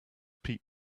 pete